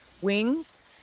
wings